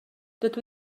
dydw